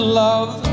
love